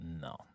no